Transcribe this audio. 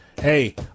Hey